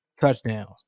touchdowns